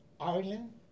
Ireland